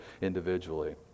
individually